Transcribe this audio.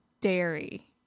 dairy